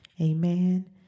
Amen